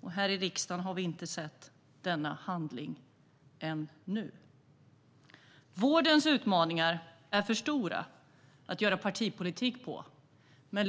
Men här i riksdagen har vi inte sett denna handling ännu. Vårdens utmaningar är för stora för att göra partipolitik på.